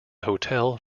hotel